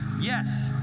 Yes